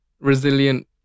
resilient